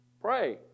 pray